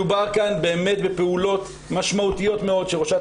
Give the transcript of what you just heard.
מדובר כאן בפעולות משמעותיות מאוד שראשת